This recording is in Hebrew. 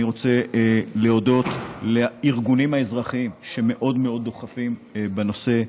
אני רוצה להודות לארגונים האזרחיים שמאוד מאוד דוחפים בנושא,